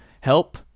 help